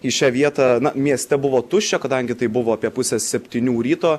į šią vietą na mieste buvo tuščia kadangi tai buvo apie pusę septynių ryto